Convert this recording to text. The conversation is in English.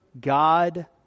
God